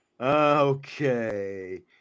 Okay